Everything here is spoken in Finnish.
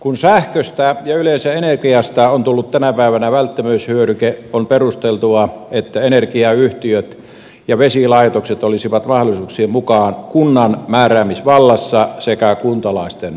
kun sähköstä ja yleensä energiasta on tullut tänä päivänä välttämättömyyshyödyke on perusteltua että energiayhtiöt ja vesilaitokset olisivat mahdollisuuksien mukaan kunnan määräämisvallassa sekä kuntalaisten omistuksessa